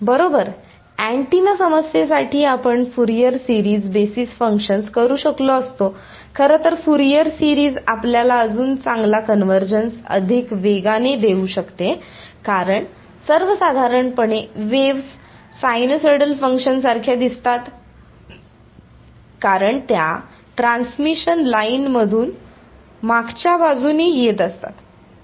बरोबर अँटिना समस्येसाठी आपण फुरियर सिरीज बेसिस फंक्शन्स करू शकलो असतो खरंतर फुरियर सिरीज आपल्याला अजून चांगला कन्वर्जन्स अधिक वेगाने देऊ शकते कारण सर्वसाधारणपणे वेव्स् सायनुसायडल फंक्शन्ससारख्या दिसतात कारण त्या ट्रान्समिशन लाइन मधून मागच्या बाजूने येत असतात